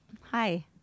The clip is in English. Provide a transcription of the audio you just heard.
Hi